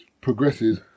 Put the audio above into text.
progresses